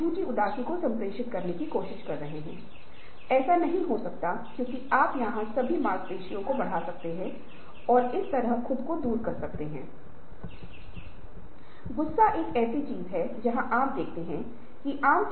और परिवर्तन की आवश्यकता तब बनती है जब चल रही गतिविधियों और दृष्टि प्राप्ति के लिए वांछित गतिविधियों के बीच एक अंतर हो